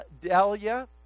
Delia